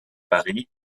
paris